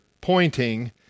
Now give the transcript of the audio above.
pointing